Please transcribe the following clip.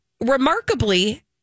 Remarkably